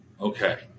Okay